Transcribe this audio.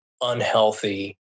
unhealthy